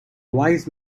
wise